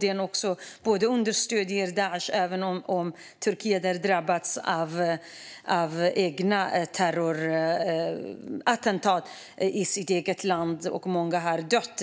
Turkiet understöder Daish, även om Turkiet är drabbat av terrorattentat i sitt eget land och många tyvärr har dött.